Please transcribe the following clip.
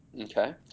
Okay